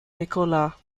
nicola